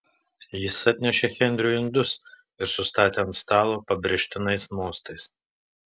jis atnešė henriui indus ir sustatė ant stalo pabrėžtinais mostais